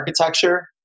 architecture